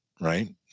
right